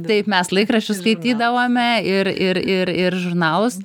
taip mes laikraščius skaitydavome ir ir ir ir žurnalus